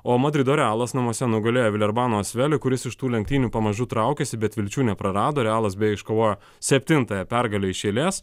o madrido realas namuose nugalėjo vilerbano asvelį kuris iš tų lenktynių pamažu traukiasi bet vilčių neprarado realas beje iškovojo septintąją pergalę iš eilės